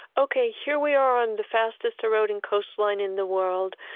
ok, here we are on the fastest eroding coastline in the world,